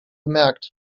bemerkt